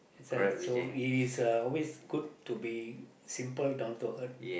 it's like so it is uh always good to be simple down to earth